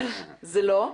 אבל זה לא.